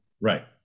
Right